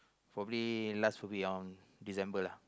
probably last will be on December lah